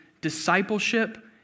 discipleship